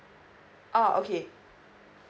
ah okay